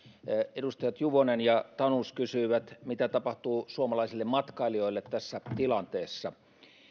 edustajat juvonen ja tanus kysyivät mitä tapahtuu suomalaisille matkailijoille tässä tilanteessa